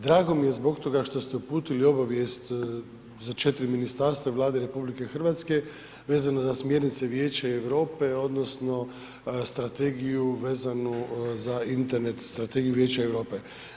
Drago mi je zbog toga što ste uputili obavijest za 4 ministarstva Vlade RH vezano za smjernice Vijeća Europe odnosno strategiju vezanu za internet strategiju Vijeća Europe.